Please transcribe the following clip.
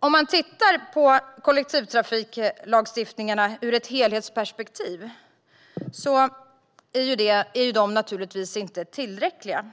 Om man tittar på kollektivtrafiklagstiftningarna ur ett helhetsperspektiv ser man att de inte är tillräckliga.